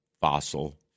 fossil